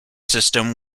system